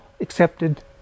accepted